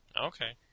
Okay